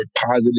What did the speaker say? positive